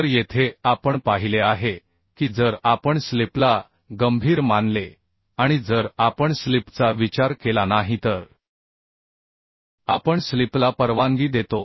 तर येथे आपण पाहिले आहे की जर आपण स्लिपला क्रिटीकल मानले आणि जर आपण स्लिपचा विचार केला नाही तर आपण स्लिपला परवानगी देतो